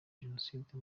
jenoside